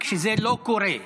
כי זה לא קורה,